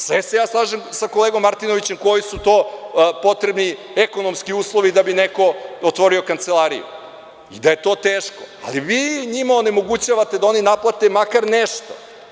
Sve se ja slažem sa kolegom Martinovićem koji su to potrebni ekonomski uslovi da bi neko otvorio kancelariju i da je to teško, ali vi njima onemogućavate da oni naplate makar nešto.